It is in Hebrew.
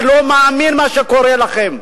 אתה לא מאמין מה שקורה לכם.